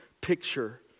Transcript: picture